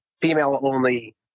female-only